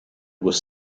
was